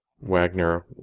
Wagner